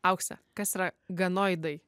aukse kas yra ganoidai